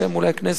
בשם אולי הכנסת,